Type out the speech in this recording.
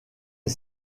est